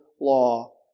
law